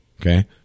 Okay